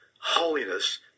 holiness